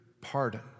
pardon